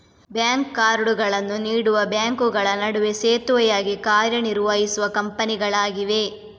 bank ಕಾರ್ಡುಗಳನ್ನು ನೀಡುವ ಬ್ಯಾಂಕುಗಳ ನಡುವೆ ಸೇತುವೆಯಾಗಿ ಕಾರ್ಯ ನಿರ್ವಹಿಸುವ ಕಂಪನಿಗಳಾಗಿವೆ